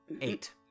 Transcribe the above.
eight